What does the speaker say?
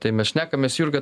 tai mes šnekamės jurga